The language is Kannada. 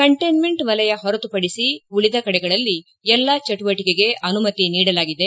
ಕಂಟೈನ್ಗೆಂಟ್ ವಲಯ ಹೊರತುಪಡಿಸಿ ಉಳಿದ ಕಡೆಗಳಲ್ಲಿ ಎಲ್ಲಾ ಚಟುವಟಿಕೆಗೆ ಅನುಮತಿ ನೀಡಲಾಗಿದೆ